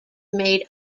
made